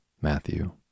Matthew